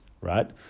right